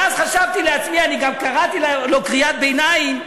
ואז חשבתי לעצמי, אני גם קראתי לו קריאת ביניים: